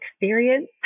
experience